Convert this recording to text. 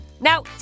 Now